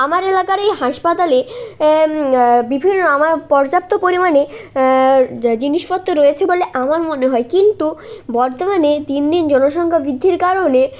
আমার এলাকার এই হাসপাতালে বিভিন্ন আমার পর্যাপ্ত পরিমাণে জিনিসপত্র রয়েছে বলে আমার মনে হয় কিন্তু বর্তমানে দিন দিন জনসংখ্যা বৃদ্ধির কারণে